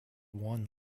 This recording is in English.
one